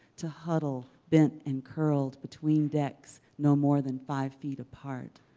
to huddle bent and curled between decks no more than five feet apart,